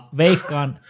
veikkaan